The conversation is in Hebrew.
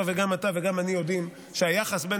מאחר שגם אתה וגם אני יודעים שהיחס בין